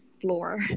floor